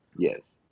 Yes